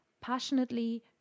passionately